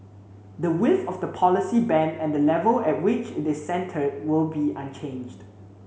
the width of the policy band and the level at which it is centred will be unchanged